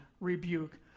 rebuke